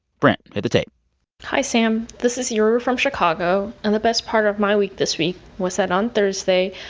brent, hit the tape hi, sam. this is yuri from chicago. and the best part of my week this week was that, on thursday,